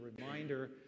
reminder